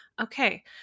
okay